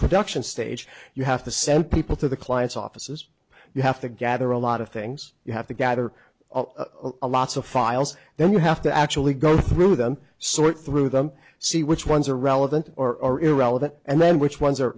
production stage you have to send people to the client's offices you have to gather a lot of things you have to gather a lots of files then you have to actually go through them sort through them see which ones are relevant or irrelevant and then which ones are